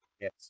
Yes